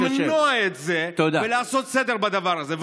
בכוחכם למנוע את זה ולעשות סדר בדבר הזה.